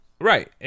Right